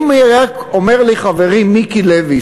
אם רק היה אומר לי חברי מיקי לוי,